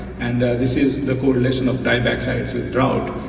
and this is the correlation of dieback sites with drought,